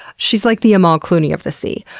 she's like the amal clooney of the sea.